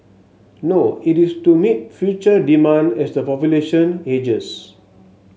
no it is to meet future demand as the population ages